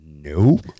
Nope